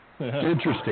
Interesting